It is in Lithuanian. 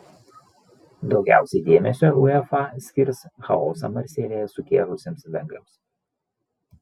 daugiausiai dėmesio uefa skirs chaosą marselyje sukėlusiems vengrams